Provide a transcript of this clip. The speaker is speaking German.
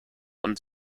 und